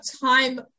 Time